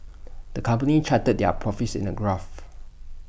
the company charted their profits in A graph